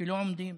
שלא עומדים